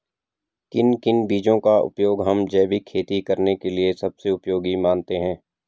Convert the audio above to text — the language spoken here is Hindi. किन किन बीजों का उपयोग हम जैविक खेती करने के लिए सबसे उपयोगी मानते हैं?